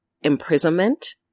imprisonment